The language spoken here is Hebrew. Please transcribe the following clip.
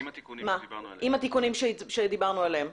עם התיקונים עליהם דיברנו.